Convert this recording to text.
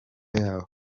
yaho